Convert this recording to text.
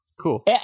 Cool